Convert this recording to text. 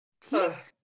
Teeth